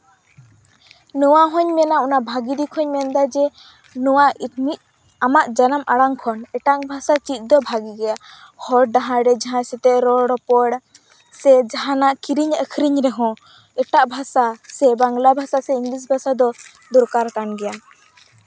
ᱱᱚᱣᱟ ᱦᱩᱸᱧ ᱢᱮᱱᱟ ᱚᱱᱟ ᱵᱷᱟᱹᱜᱤ ᱫᱤᱠ ᱦᱩᱸᱧ ᱢᱮᱱ ᱮᱫᱟ ᱡᱮ ᱱᱚᱣᱟ ᱢᱤᱫ ᱟᱢᱟᱜ ᱡᱟᱱᱟᱢ ᱟᱲᱟᱝ ᱠᱷᱚᱱ ᱮᱴᱮᱝ ᱵᱷᱟᱥᱟ ᱪᱮᱫ ᱫᱚ ᱵᱷᱟᱹᱜᱤ ᱜᱮᱭᱟ ᱦᱚᱨ ᱰᱟᱦᱟᱨ ᱨᱮ ᱡᱟᱦᱟᱸᱭ ᱥᱟᱶᱛᱮ ᱨᱚᱲᱼᱨᱚᱯᱚᱲ ᱥᱮ ᱡᱟᱦᱟᱸᱱᱟᱜ ᱠᱤᱨᱤᱧ ᱟᱹᱠᱷᱨᱤᱹᱧ ᱨᱮᱦᱚᱸ ᱮᱴᱟᱜ ᱵᱷᱟᱥᱟ ᱥᱮ ᱵᱟᱝᱞᱟ ᱵᱷᱟᱥᱟ ᱥᱮ ᱤᱝᱞᱤᱥ ᱵᱷᱟᱥᱟ ᱫᱚ ᱫᱚᱨᱠᱟᱨ ᱠᱟᱱ ᱜᱮᱭᱟ